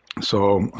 so,